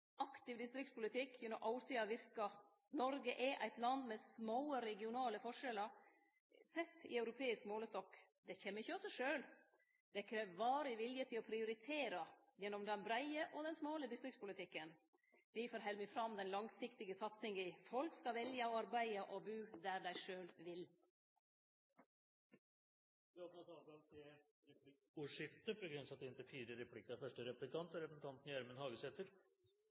Aktiv distriktspolitikk gjennom årtier har virka. Noreg er eit land med små regionale forskjellar sett i europeisk målestokk. Det kjem ikkje av seg sjølv. Det krev varig vilje til å prioritere gjennom den breie og den smale distriktspolitikken. Difor held me fram den langsiktige satsinga. Folk skal velje å arbeide og bu der dei sjølve vil. Det blir replikkordskifte. Statsråd Navarsete skryt av kommuneøkonomien og at dette budsjettet styrkjer velferda. No er